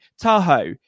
Tahoe